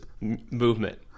movement